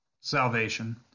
salvation